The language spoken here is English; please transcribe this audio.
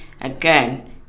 Again